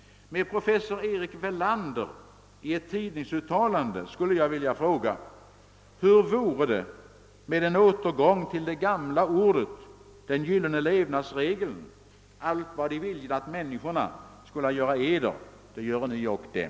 Med professor Erik Wellander i ett tidningsuttalande skulle jag vilja fråga: »Hur vore det med en återgång till det gamla ordet, den gyllene levnadsregeln: ”Allt vad I viljen att människorna skola göra Eder, det gören I ock dem"»